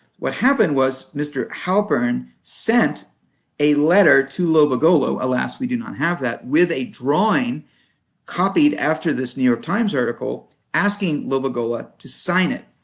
what happened was mr. halpern sent a letter to lobagola, alas, we do not have that, with a drawing copied after this new york times article asking lobagola to sign it.